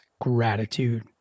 gratitude